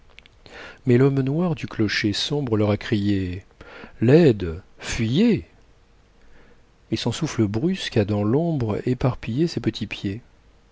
mais l'homme noir du clocher sombre leur a crié laides fuyez et son souffle brusque a dans l'ombre éparpillé ces petits pieds